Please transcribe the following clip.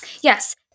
Yes